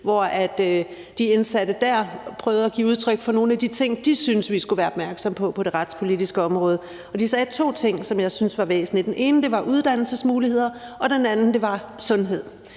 hvor de indsatte der prøvede at give udtryk for nogle af de ting, de syntes vi skulle være opmærksomme på i forbindelse med det retspolitiske område. De nævnte to ting, som jeg syntes var væsentlige. Den ene var uddannelsesmuligheder, og den anden var sundhed.